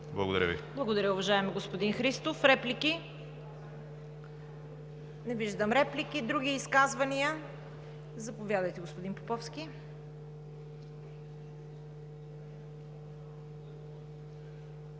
Благодаря Ви, уважаеми господин Христов. Реплики? Не виждам. Други изказвания? Заповядайте, господин Поповски.